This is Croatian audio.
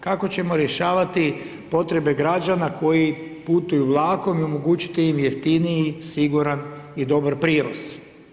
Kako ćemo rješavati potrebe građana koji putuju vlakom i omogućiti im jeftiniji, siguran i dobar prijevoz.